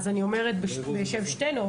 אני אומרת בשם שתינו,